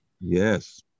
Yes